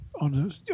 on